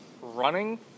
running